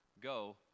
go